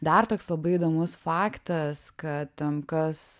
dar toks labai įdomus faktas kad kas